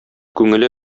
күңеле